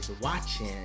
watching